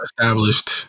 established